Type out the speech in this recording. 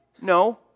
No